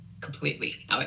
completely